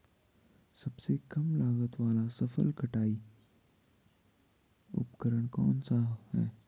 सबसे कम लागत वाला फसल कटाई का उपकरण कौन सा है?